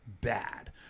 bad